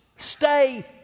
Stay